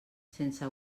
sense